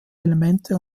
elemente